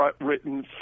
written